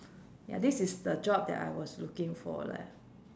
ya this is the job that I was looking for leh